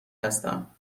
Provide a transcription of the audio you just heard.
هستم